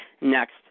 next